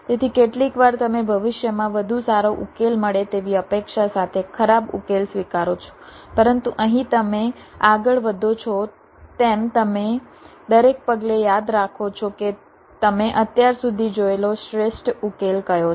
તેથી કેટલીકવાર તમે ભવિષ્યમાં વધુ સારો ઉકેલ મળે તેવી અપેક્ષા સાથે ખરાબ ઉકેલ સ્વીકારો છો પરંતુ અહીં તમે આગળ વધો છો તેમ તમે દરેક પગલે યાદ રાખો છો કે તમે અત્યાર સુધી જોયેલો શ્રેષ્ઠ ઉકેલ કયો છે